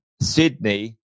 Sydney